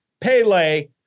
Pele